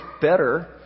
better